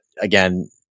again